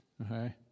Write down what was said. Okay